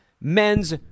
men's